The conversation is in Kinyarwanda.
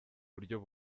buryo